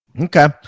Okay